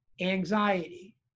anxiety